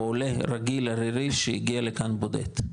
או עולה רגיל ערירי שהגיע לכאן בודד,